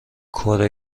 کره